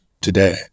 today